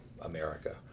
America